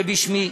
ובשמי,